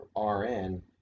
RN